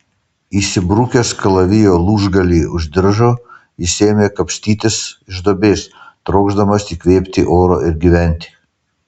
įsibrukęs kalavijo lūžgalį už diržo jis ėmė kapstytis iš duobės trokšdamas įkvėpti oro ir gyventi